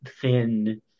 thin